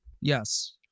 Yes